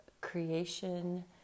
creation